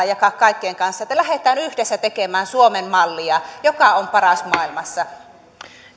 jakaa kaikkien kanssa on että lähdetään yhdessä tekemään suomen mallia joka on paras maailmassa